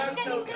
יכול להצביע,